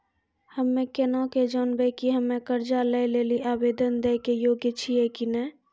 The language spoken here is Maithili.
हम्मे केना के जानबै कि हम्मे कर्जा लै लेली आवेदन दै के योग्य छियै कि नै?